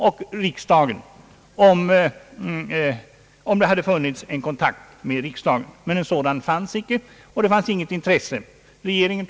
Regeringen tog ensam hela ansvaret, och resultatet blev enligt min mening mycket avskräckande.